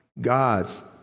God's